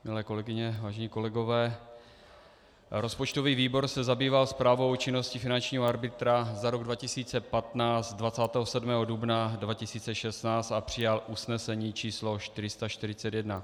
Milé kolegyně, vážení kolegové, rozpočtový výbor se zabýval Zprávou o činnosti finančního arbitra za rok 2015 27. dubna 2016 a přijal usnesení č. 441.